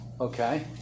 okay